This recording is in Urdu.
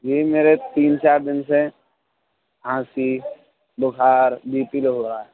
جی میرے تین چار دِن سے کھانسی بُخار بی پی لو ہو رہا ہے